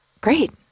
great